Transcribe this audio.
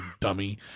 dummy